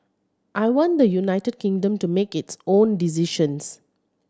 I want the United Kingdom to make its own decisions